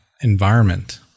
environment